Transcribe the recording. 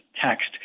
text